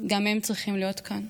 גם הם צריכים להיות כאן.